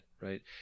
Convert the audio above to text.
Right